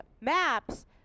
maps